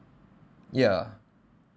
ya